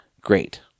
Great